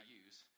use